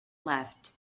left